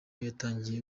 yatangiye